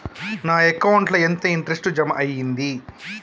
నా అకౌంట్ ల ఎంత ఇంట్రెస్ట్ జమ అయ్యింది?